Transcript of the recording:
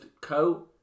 Co